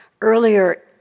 Earlier